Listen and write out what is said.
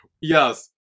Yes